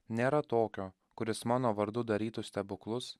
nėra tokio kuris mano vardu darytų stebuklus